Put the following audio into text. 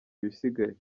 ibisigaye